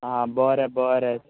आं बरें बरें